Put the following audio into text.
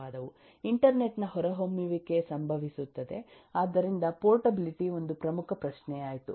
internet ನ ಹೊರಹೊಮ್ಮುವಿಕೆ ಸಂಭವಿಸುತ್ತದೆ ಆದ್ದರಿಂದ ಪೋರ್ಟಬಿಲಿಟಿ ಒಂದು ಪ್ರಮುಖ ಪ್ರಶ್ನೆಯಾಯಿತು